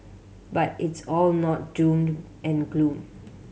but it's all not doomed and gloom